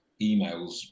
emails